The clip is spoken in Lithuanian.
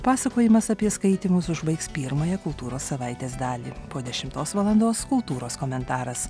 pasakojimas apie skaitymus užbaigs pirmąją kultūros savaitės dalį po dešimtos valandos kultūros komentaras